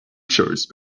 choice